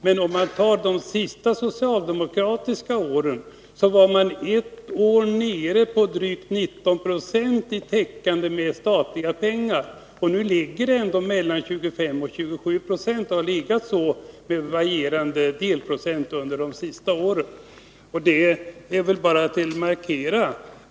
Men om man ser på de sista socialdemokratiska regeringsåren, finner man att socialdemokraterna ett år var nere på drygt 19 96 när det gäller täckande av kommunala utgifter med statliga medel. Andelen ligger ändå nu på mellan 25 och 27 9, och den har med varierande procenttal legat så under de senaste åren.